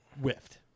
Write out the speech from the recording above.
whiffed